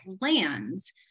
lands